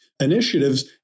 initiatives